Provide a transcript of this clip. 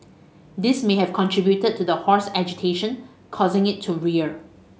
this may have contributed to the horse's agitation causing it to rear